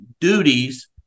duties